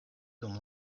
dum